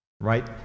right